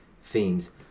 themes